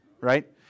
right